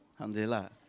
Alhamdulillah